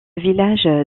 village